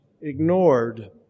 ignored